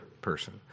person